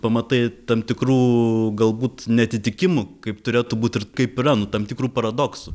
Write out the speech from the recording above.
pamatai tam tikrų galbūt neatitikimų kaip turėtų būt ir kaip yra nu tam tikrų paradoksų